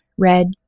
Red